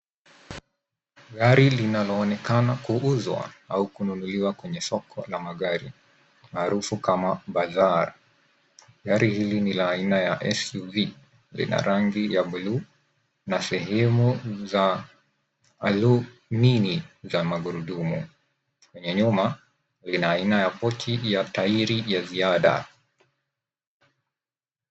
Gari linaloonekana kuuzwa au kununuliwa kwenye soko la magari maarufu kama bazaar . Gari hili ni la aina ya SUV . Lina rangi ya buluu na sehemu xza alumini za magurudumu. Kwenye nyuma lina aina ya pochi la tairi la ziada.